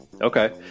Okay